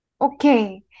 okay